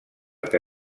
que